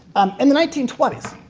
in the nineteen twenty s,